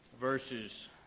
verses